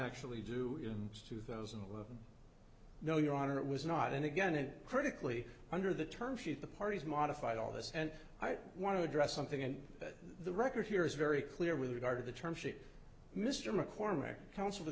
actually do in two thousand no your honor it was not and again and critically under the terms sheet the parties modified all this and i want to address something and the record here is very clear with regard to the term shit mr mccormick counsel to